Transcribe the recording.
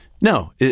No